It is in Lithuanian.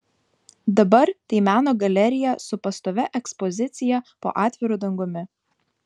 dabar tai meno galerija su pastovia ekspozicija po atviru dangumi